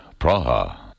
praha